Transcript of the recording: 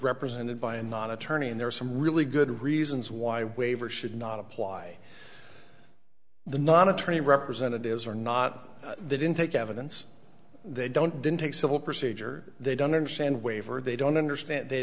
represented by a non attorney and there are some really good reasons why waiver should not apply the not attorney representatives are not they didn't take evidence they don't didn't take civil procedure they don't understand waiver they don't understand they